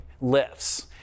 lifts